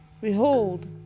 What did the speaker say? behold